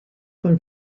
von